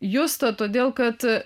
justa todėl kad